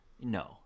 No